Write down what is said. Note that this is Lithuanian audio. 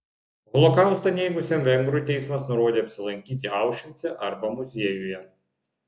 holokaustą neigusiam vengrui teismas nurodė apsilankyti aušvice arba muziejuje